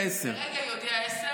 כרגע 10:00. כרגע היא הודיעה 10:00,